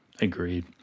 Agreed